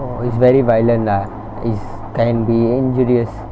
orh it's very violent ah it's can be dangerous